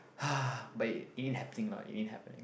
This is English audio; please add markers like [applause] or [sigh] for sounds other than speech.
[breath] but it it ain't happening lah it ain't happening